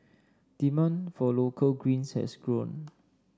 demand for local greens has grown